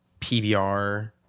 PBR